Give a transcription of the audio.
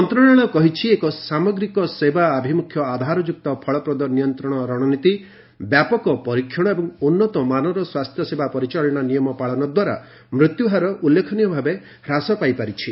ମନ୍ତ୍ରଣାଳୟ କହିଛି ଏକ ସାମଗ୍ରିକ ସେବା ଆଭିମୁଖ୍ୟ ଆଧାରଯୁକ୍ତ ଫଳପ୍ରଦ ନିୟନ୍ତ୍ରଣ ରଣନୀତି ବ୍ୟାପକ ପରୀକ୍ଷଣ ଏବଂ ଉନ୍ନତ ମାନର ସ୍ୱାସ୍ଥ୍ୟ ସେବା ପରିଚାଳନା ନିୟମ ପାଳନ ଦ୍ୱାରା ମୃତ୍ୟୁହାର ଉଲ୍ଲେଖନୀୟଭାବେ ହ୍ରାସ ପାଇପାରିଛି